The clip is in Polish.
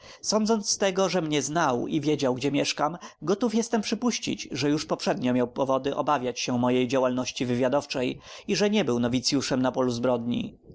z tego że mnie znał i wiedział gdzie mieszkam gotów jestem przypuścić że już poprzednio miał powody obawiać się mojej działalności wywiadowczej i ze nie był nowicyuszem na polu zbrodni